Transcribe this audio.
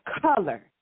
Color